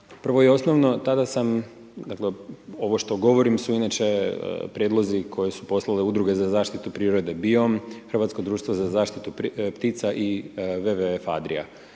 Prvo i osnovno tada sam, ovo što govorim su inače prijedlozi koje su poslale udruge za zaštitu prirode BIOM, Hrvatsko društvo za zaštitu ptica i WWF Adria.